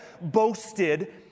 boasted